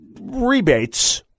rebates